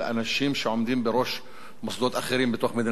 בראש מוסדות אחרים בתוך מדינת ישראל,